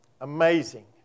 Amazing